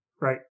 right